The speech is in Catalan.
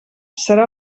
serà